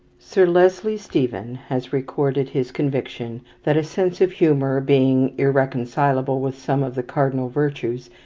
sir leslie stephen has recorded his conviction that a sense of humour, being irreconcilable with some of the cardinal virtues,